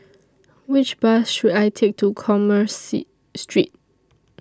Which Bus should I Take to Commerce Street